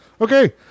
Okay